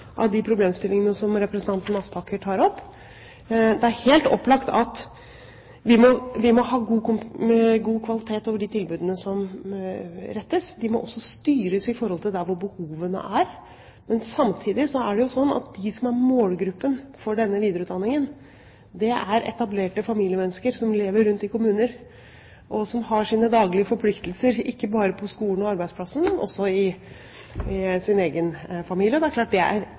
av de problemstillingene som representanten Aspaker tar opp. Det er helt opplagt at vi må ha god kvalitet på de tilbudene som gis, og de må også styres i forhold til hvor behovene er. Men samtidig er det jo slik at de som er målgruppen for denne videreutdanningen, er etablerte familiemennesker som lever rundt i kommuner, og som har sine daglige forpliktelser ikke bare på skolen og på arbeidsplassen, men også i sin egen familie. Det er klart at det er